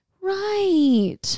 Right